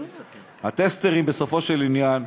הטסטרים, בסופו של עניין,